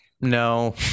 No